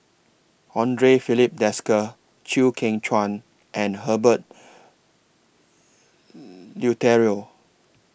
Andre Filipe Desker Chew Kheng Chuan and Herbert Eleuterio